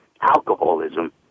alcoholism